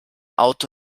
auto